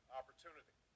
opportunity